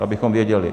Abychom věděli.